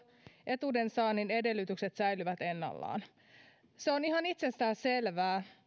etuuden saannin edellytykset säilyvät ennallaan on ihan itsestään selvää